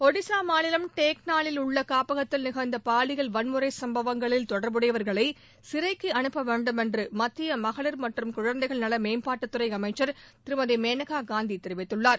ஒடிசா மாநிலம் தென்கானலில் உள்ள காப்பகத்தில் நிகழ்ந்த பாலியல் வன்முறைச் சுப்பவங்களில் தொடர்புடையவர்களை சிறைக்கு அனுப்ப வேண்டும் என்று மத்திய மகளிர் மற்றும் குழந்தைகள் நல மேம்பாட்டுத்துறை அமைச்சள் திருமதி மேனகா காந்தி தெரிவித்துள்ளார்